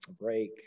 break